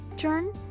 Turn